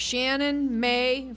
shannon may